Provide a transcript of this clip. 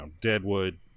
Deadwood